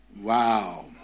Wow